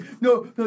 no